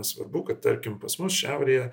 svarbu kad tarkim pas mus šiaurėje